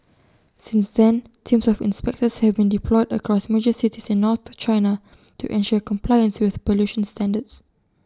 since then teams of inspectors have been deployed across major cities in north China to ensure compliance with pollution standards